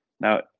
now